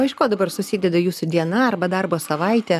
o iš ko dabar susideda jūsų diena arba darbo savaitė